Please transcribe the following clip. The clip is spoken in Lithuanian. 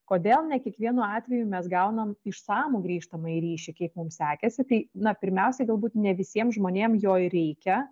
kodėl ne kiekvienu atveju mes gaunam išsamų grįžtamąjį ryšį kiek mums sekėsi tai na pirmiausiai galbūt ne visiem žmonėm jo ir reikia